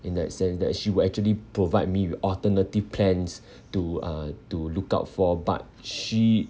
in that sense that she would actually provide me with alternative plans to uh to look out for but she